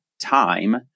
time